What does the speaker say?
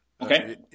Okay